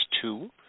two